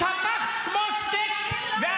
התהפכת כמו סטייק -- אני לא התחננתי